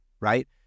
right